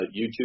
YouTube